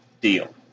deal